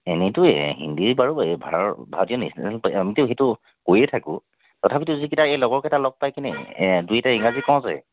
এনেইতো এ হিন্দীয়ে বাৰু ভাৰত ভাৰতীয় নেছনেল আমিতো সেইটো কৈয়ে থাকোঁ তথাপিতো যিকেইটা এই লগৰ কেইটা লগ পাই কেনে এ দুই এটা ইংৰাজী কওঁ যে